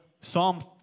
Psalm